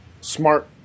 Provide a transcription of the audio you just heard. smart